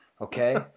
okay